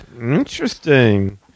Interesting